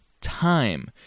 time